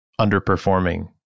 underperforming